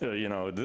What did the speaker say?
ah you know,